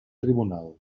tribunal